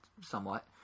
somewhat